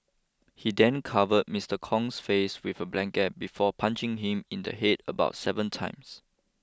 he then covered Mister Kong's face with a blanket before punching him in the head about seven times